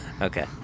Okay